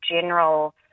general